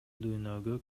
дүйнөгө